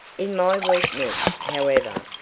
in my weakness, however,